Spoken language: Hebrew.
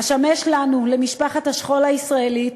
אשמש לנו, למשפחת השכול הישראלית,